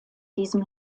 diesem